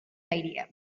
idea